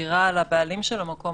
טעון רישוי כמשמעותו בחוק רישוי עסקים,